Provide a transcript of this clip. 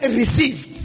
received